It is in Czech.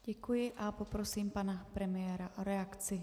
Děkuji a poprosím pana premiéra o reakci.